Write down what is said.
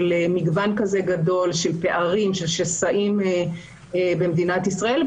מגוון כזה גדול של פערים ושסעים במדינת ישראל,